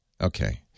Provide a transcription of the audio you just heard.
Okay